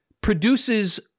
produces